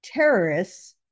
Terrorists